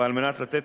ועל מנת למתן